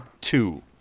two